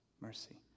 mercy